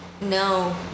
no